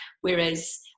whereas